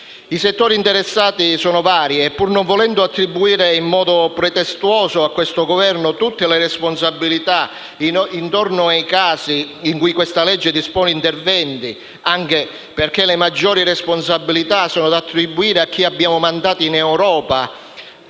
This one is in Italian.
I settori interessati sono vari e, pur non volendo attribuire in modo pretestuoso all'attuale Governo tutte le responsabilità in ordine ai casi in cui il disegno di legge in esame dispone interventi (anche perché le maggiori responsabilità sono da attribuire a chi abbiamo mandato in Europa),